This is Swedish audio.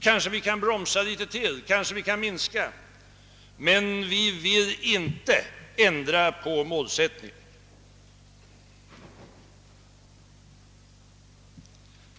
Kanske kan vi bromsa litet till, kanske kan vi minska ytterligare en del, men vi vill ändå inte ändra på målsättningen.